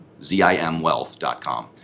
ZIMWealth.com